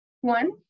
One